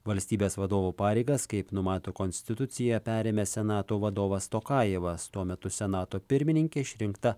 valstybės vadovo pareigas kaip numato konstitucija perėmė senato vadovas tokajevas tuo metu senato pirmininke išrinkta